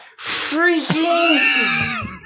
freaking